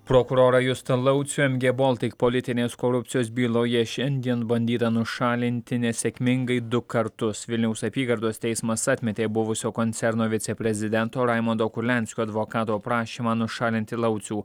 prokurorą justą laucių mg baltic politinės korupcijos byloje šiandien bandyta nušalinti nesėkmingai du kartus vilniaus apygardos teismas atmetė buvusio koncerno viceprezidento raimondo kurlianskio advokato prašymą nušalinti laucių